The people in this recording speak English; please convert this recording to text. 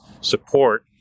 support